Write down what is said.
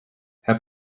herr